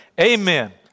Amen